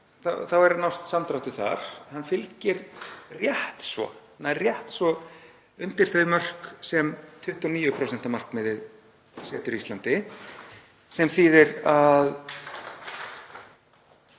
þá er að nást samdráttur þar. Hann nær rétt svo undir þau mörk sem 29% markmiðið setur Íslandi. Það þýðir að